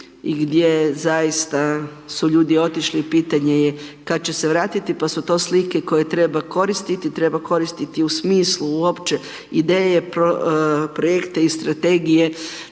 i gdje zaista su ljudi otišli i pitanje je kad će se vratiti pa su to slike koje treba koristiti, treba koristiti u smislu uopće ideje, projekte i strategije